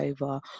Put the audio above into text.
over